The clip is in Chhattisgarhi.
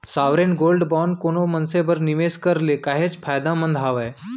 साँवरेन गोल्ड बांड कोनो मनसे बर निवेस करे ले काहेच फायदामंद हावय